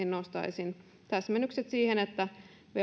nostaisin erityisesti täsmennykset siihen että